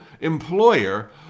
employer